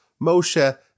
Moshe